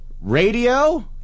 Radio